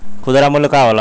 खुदरा मूल्य का होला?